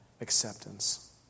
acceptance